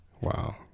Wow